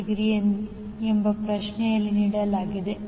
8 ° ಎಂಬ ಪ್ರಶ್ನೆಯಲ್ಲಿ ನೀಡಲಾಗಿದೆ